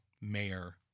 mayor